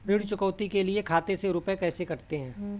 ऋण चुकौती के लिए खाते से रुपये कैसे कटते हैं?